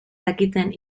dakiten